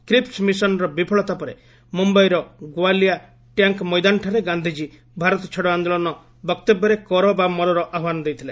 Cripps mission ର ବିଫଳତା ପରେ ମୁମ୍ୟାଇର ଗୋୱାଲିଆ ଟ୍ୟାଙ୍କ୍ ମଇଦାନ୍ଠାରେ ଗାନ୍ଧିକୀ ଭାରତଛାଡ଼ ଆନ୍ଦୋଳନ ବକ୍ତବ୍ୟରେ କର ବା ମରର ଆହ୍ୱାନ ଦେଇଥିଲେ